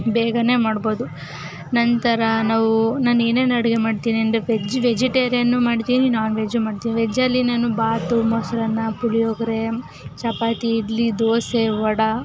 ಬೇಗನೇ ಮಾಡ್ಬೋದು ನಂತರ ನಾವು ನಾನು ಏನೇನು ಅಡುಗೆ ಮಾಡ್ತೀನಿ ಮಾಡ್ತೀನಿ ವೆಜ್ಜಲ್ಲಿ ನಾನು ಬಾತು ಮೊಸರನ್ನ ಪುಳಿಯೋಗರೆ ಚಪಾತಿ ಇಡ್ಲಿ ದೋಸೆ ವಡಾ